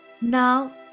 Now